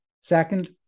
Second